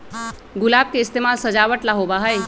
गुलाब के इस्तेमाल सजावट ला होबा हई